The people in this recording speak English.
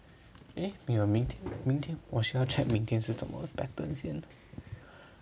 eh 我明天我明天我需要 check 明天是什么 pattern 先